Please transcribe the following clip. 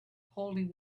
holding